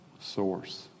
source